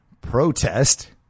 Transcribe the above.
protest